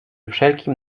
wszelkim